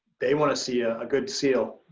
they want to see a ah good seal.